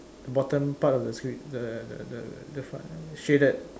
bottom part of the scr~ the the the shaded